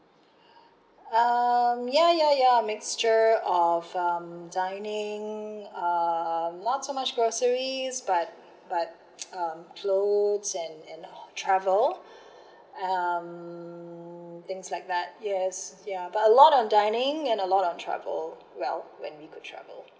um ya ya ya mixture of um dining uh not so much groceries but but um clothes and and travel um things like that yes ya but a lot on dining and a lot on travel well when we go travel